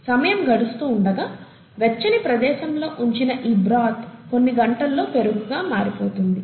సమయం గడుస్తూ ఉండగా వెచ్చని ప్రదేశం లో ఉంచిన ఈ బ్రాత్ కొన్ని గంటల్లో పెరుగుగా మారిపోతుంది